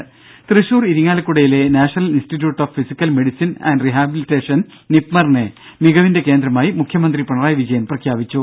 രും തൃശൂർ ഇരിങ്ങാലക്കുടയിലെ national institute of physical medicine and rehabilitation നിപ്മറിനെ മികവിന്റെ കേന്ദ്രമായി മുഖ്യമന്ത്രി പിണറായി വിജയൻ പ്രഖ്യാപിച്ചു